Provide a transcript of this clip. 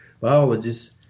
biologists